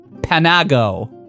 Panago